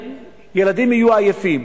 הילדים יהיו עייפים.